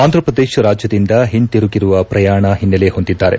ಆಂಧ್ರಪ್ರದೇಶ ರಾಜ್ಯದಿಂದ ಹಿಂದಿರುಗಿರುವ ಪ್ರಯಾಣ ಹಿನ್ನೆಲೆ ಹೊಂದಿದ್ದಾರೆ